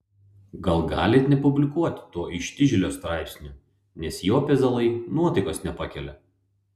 gal galit nepublikuot to ištižėlio straipsnių nes jo pezalai nuotaikos nepakelia